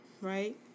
right